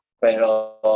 Pero